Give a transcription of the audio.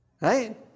Right